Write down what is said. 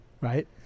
Right